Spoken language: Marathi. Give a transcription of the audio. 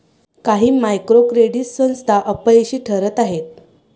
काही मायक्रो क्रेडिट संस्था अपयशी ठरत आहेत